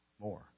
more